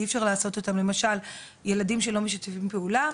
אי אפשר לעשות אותם, למשל ילדים שלא משתפים פעולה.